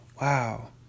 wow